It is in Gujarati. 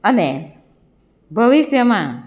અને ભવિષ્યમાં